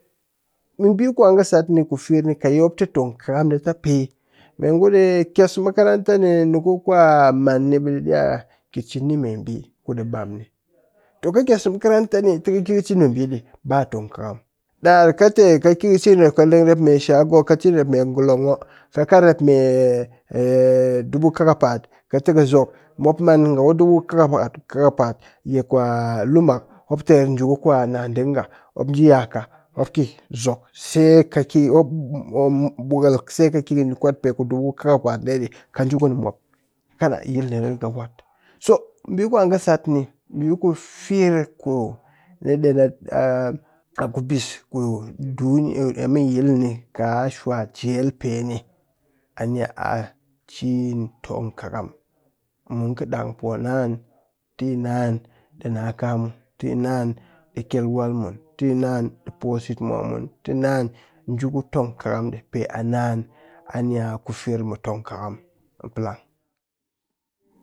Ɓe ɓii ku an kɨ sat ni ku firr ni kat yi mop tɨ tongkɨkam nita pe me ngu ɗi kyes makaranta ni, ku kwa man ni ɓi ɗi iya ki cin ni me ɓi kudi ɓam ni too kɨ kyes makaranta ni tɨ kɨ ki cin meɓi ɗi ba tongkɨkam, ɗar kɨtɨ kɨ ki cin rep kɨ leng rep me shago kɨ cin rep golong'o kat kɨ kat meee dubu kakapa'at tɨ kɨ zok, mop man nga ku dubu kakapəat yi kwa lu mak mop ter nji ku nadink nga mop nji yaka mop ki zok se kɨ ki ɓwekel se kɨ ki kɨ kwat pe dubu kakapa'at ɗe ni ka nji kuni mop kana yil ɗeni ni riga wat. So ɓi ku an kɨ sat ni ku firr ku ni ɗeen a kubis ku duniya i mean yil ni ka shwa jel ani'a cin tongkɨkaam mun kɨ ɗang poo naan tɨ naan ɗi na kaamu, tɨ naan ɗi kyel wal mun tɨ naan ɗi pos yitmwa mun tɨ naan nji ku tongkɨkam ɗi pe a naan ani'a ku firr mu tongkɨkam mu palang